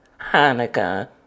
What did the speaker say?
Hanukkah